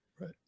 Right